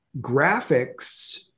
graphics